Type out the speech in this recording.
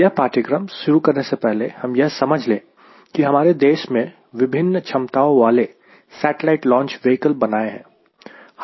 यह पाठ्यक्रम शुरू करने से पहले हम यह समझ ले की हमारे देश में विभिन्न क्षमताओं वाले सैटेलाइट लॉन्च व्हीकल बनाए हैं